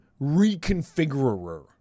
reconfigurer